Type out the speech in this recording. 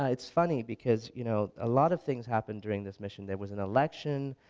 ah it's funny because you know a lot of things happened during this mission, there was an election,